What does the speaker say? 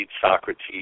Socrates